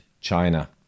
China